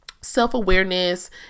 self-awareness